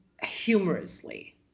humorously